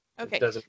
okay